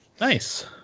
Nice